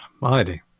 mighty